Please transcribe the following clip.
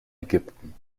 ägypten